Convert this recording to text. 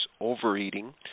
overeating